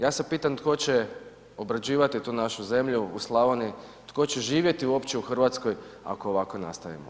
Ja se pitam tko će obrađivati tu našu zemlju u Slavoniji, tko će živjeti uopće u Hrvatskoj ako ovako nastavimo.